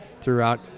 throughout